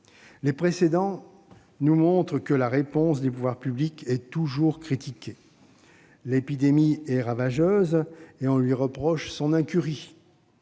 Les précédents nous montrent que la réponse des pouvoirs publics est toujours critiquée : l'épidémie est ravageuse, on lui reproche son incurie